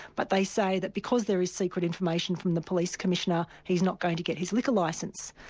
but they say that because there is secret information from the police commissioner, he's not going to get his liquor licence.